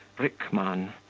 rickmann,